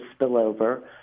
spillover